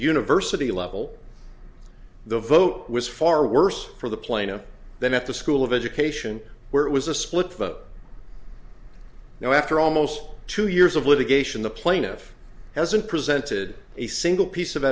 university level the vote was far worse for the plaintiff than at the school of education where it was a split vote now after almost two years of litigation the plaintiff hasn't presented a single piece of